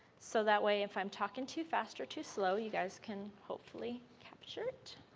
so that way if i am talking too faster, too slow, you guys can hopefully capture it.